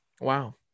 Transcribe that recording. Wow